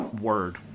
Word